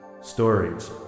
stories